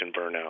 burnout